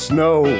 Snow